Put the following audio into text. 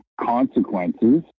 consequences